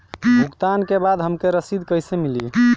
भुगतान के बाद हमके रसीद कईसे मिली?